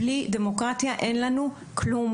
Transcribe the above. בלי דמוקרטיה אין לנו כלום.